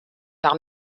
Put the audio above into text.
par